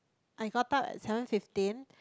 I got up at seven fifteen